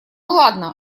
ладно